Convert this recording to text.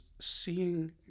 seeing